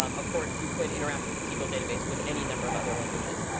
um of course, you could interact with the sql database with any number of other languages.